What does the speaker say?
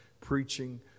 preaching